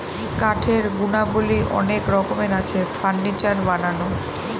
কাঠের গুণাবলী অনেক রকমের আছে, ফার্নিচার বানানো